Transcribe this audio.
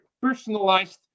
personalized